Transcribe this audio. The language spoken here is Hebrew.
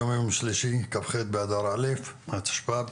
היום יום שלישי כ"ח באדר א התשפ"ב,